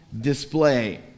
Display